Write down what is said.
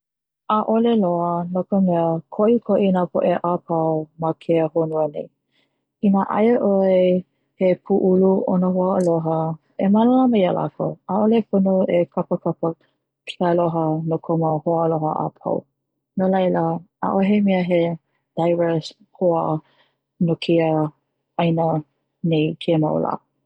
ʻaʻole loa no ka mea, koʻikoʻi na poʻe apau ma keia honua nei, i na aia ʻoe he puʻulu o na hoaaloha e malama ia lākou, ʻaʻole pono e kapakapa ke aloha no ko mau hoaaloha apau, no laila ʻaʻohe mea he hoa no keia ʻaina nei no keia mau lā.